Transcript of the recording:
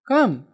Come